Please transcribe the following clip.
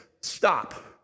Stop